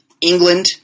England